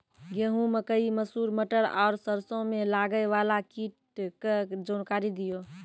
गेहूँ, मकई, मसूर, मटर आर सरसों मे लागै वाला कीटक जानकरी दियो?